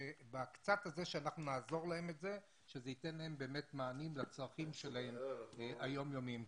בקצת הזה נעזור להם וזה ייתן להם מענים לצרכים היום-יומיים שלהם.